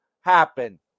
happen